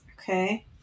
Okay